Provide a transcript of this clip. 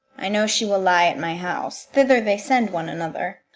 i know she will lie at my house thither they send one another.